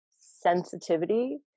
sensitivity